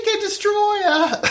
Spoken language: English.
Destroyer